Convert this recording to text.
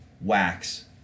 wax